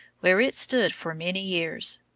where it stood for many years.